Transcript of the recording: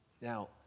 Now